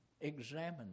Examine